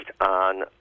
on